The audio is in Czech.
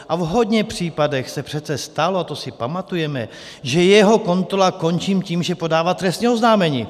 A v hodně případech se přece stalo, to si pamatujeme, že jeho kontrola končí tím, že podává trestní oznámení.